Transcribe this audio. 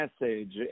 message